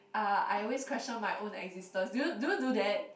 uh I always question my own existence do you do you do that